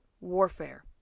warfare